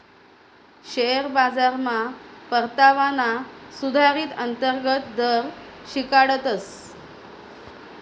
share बाजारमा परतावाना सुधारीत अंतर्गत दर शिकाडतस